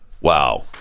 Wow